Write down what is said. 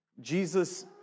Jesus